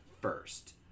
first